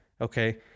Okay